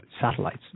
satellites